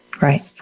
Right